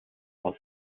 aus